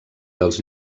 dels